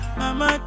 mama